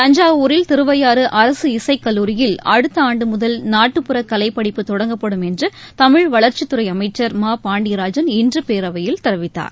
தஞ்சாவூரில் திருவையாறு அரசு இசைக்கல்லூரியில் அடுத்த ஆண்டு முதல் நாட்டுப்புறக்கலைப் படிப்பு தொடங்கப்படும் என்று தமிழ் வளர்ச்சித்துறை அமைச்சர் மா பாண்டியராஜன் இன்று பேரவையில் தெரிவித்தார்